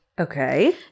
Okay